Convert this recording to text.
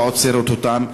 לא עוצרת אותם,